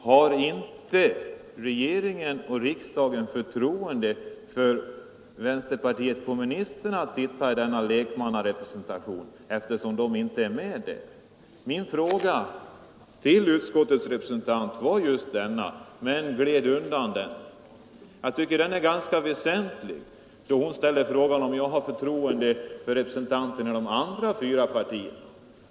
Har inte regeringen och riksdagen förtroende nog för vänsterpartiet kommunisterna för att låta det sitta i denna lekmannarepresentation, eftersom det inte är med där? Min fråga till utskottets representant var just denna, men hon gled undan den. Jag tycker den är ganska väsentlig då hon ställer frågan om jag har förtroende för representanter från de andra fyra 53 partierna.